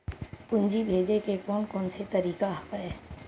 पूंजी भेजे के कोन कोन से तरीका हवय?